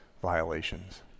violations